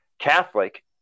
Catholic